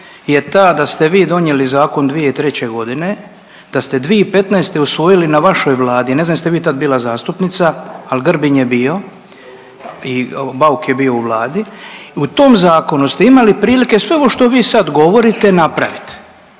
je ta da ste vi donijeli zakon 2003.g., da ste 2015. usvojili na vašoj vladi, ne znam jeste tad vi bila zastupnica, al Grbin je bio i Bauk je bio u vladi. U tom zakonu ste imali prilike sve ovo što vi sad govorite napravit